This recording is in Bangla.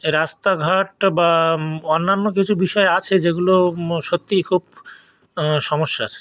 রাস্তাঘাট বা অন্যান্য কিছু বিষয় আছে যেগুলো সত্যিই খুব সমস্যার